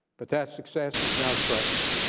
but that success is now threatened.